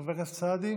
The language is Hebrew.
חבר הכנסת סעדי.